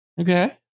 Okay